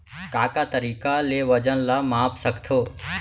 का का तरीक़ा ले वजन ला माप सकथो?